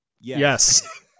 Yes